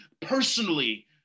personally